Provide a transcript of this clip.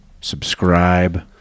Subscribe